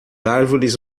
árvores